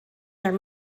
their